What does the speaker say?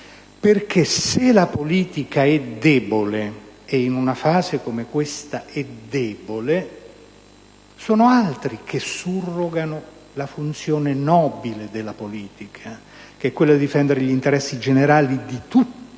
reagire. Se la politica è debole e in una fase come questa è debole, sono altri che surrogano la funzione nobile della politica di difendere gli interessi generali di tutti,